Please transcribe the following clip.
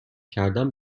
کردن